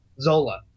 Zola